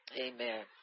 Amen